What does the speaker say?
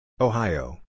Ohio